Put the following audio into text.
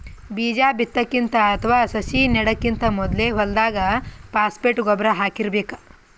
ಬೀಜಾ ಬಿತ್ತಕ್ಕಿಂತ ಅಥವಾ ಸಸಿ ನೆಡಕ್ಕಿಂತ್ ಮೊದ್ಲೇ ಹೊಲ್ದಾಗ ಫಾಸ್ಫೇಟ್ ಗೊಬ್ಬರ್ ಹಾಕಿರ್ಬೇಕ್